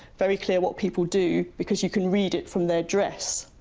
very clear what people do, because you can read it from their dress.